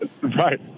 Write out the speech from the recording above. Right